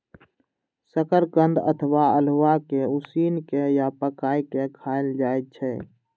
शकरकंद अथवा अल्हुआ कें उसिन के या पकाय के खायल जाए छै